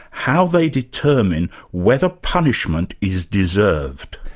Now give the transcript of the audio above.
how they determine whether punishment is deserved.